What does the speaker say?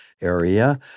area